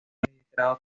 registrado